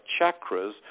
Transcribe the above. chakras